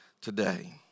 today